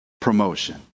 promotion